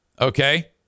Okay